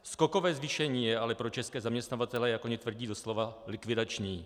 Skokové zvýšení je ale pro české zaměstnavatele, jak oni tvrdí, doslova likvidační.